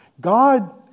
God